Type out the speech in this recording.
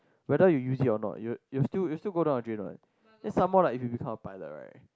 whether you use it or not it will it will still it will still go down the drain what then some more like if you become a pilot right